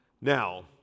Now